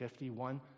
51